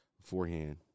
beforehand